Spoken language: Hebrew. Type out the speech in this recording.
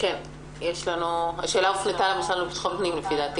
לפי דעתי השאלה הופנתה למשרד לביטחון פנים.